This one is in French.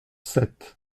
sept